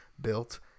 built